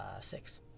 six